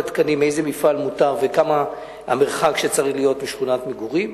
לקבוע איזה מפעל מותר להקים ומה המרחק שצריך להיות משכונת מגורים,